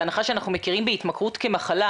בהנחה שאנחנו מכירים בהתמכרות כמחלה,